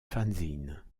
fanzines